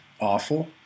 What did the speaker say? awful